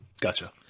gotcha